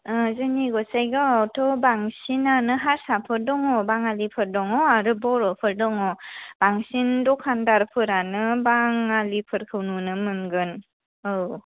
जोंनि गसाइगावआव थ' बांसिनानो हारसाफोर दङ बाङालिफोर दङ आरो बर' दङ बांसिन दकानदार फोरानो बाङालिफोरखौ नुनो मोनगोन औ